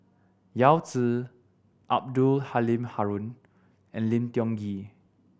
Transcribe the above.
Yao Zi Abdul Halim Haron and Lim Tiong Ghee